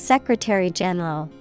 Secretary-General